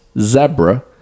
zebra